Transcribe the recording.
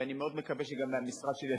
ואני מאוד מקווה שגם מהמשרד שלי,